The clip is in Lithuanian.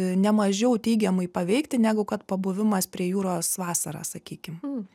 ne mažiau teigiamai paveikti negu kad pabuvimas prie jūros vasarą sakykim